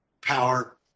power